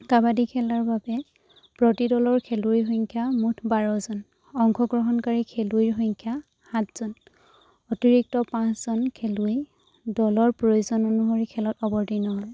কাবাডী খেলাৰ বাবে প্ৰতি দলৰ খেলুৱৈৰ সংখ্যা মুঠ বাৰজন অংশগ্ৰহণকাৰী খেলুৱৈৰ সংখ্যা সাতজন অতিৰিক্ত পাঁচজন খেলুৱৈ দলৰ প্ৰয়োজন অনুসৰি খেলত অৱতীৰ্ণ হয়